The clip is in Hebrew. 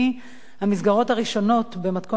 המסגרות הראשונות במתכונת מיוחדת